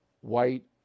white